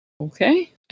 Okay